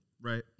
Right